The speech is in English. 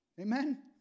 Amen